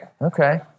Okay